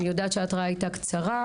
אני יודעת שההתראה הייתה קצרה,